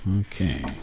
Okay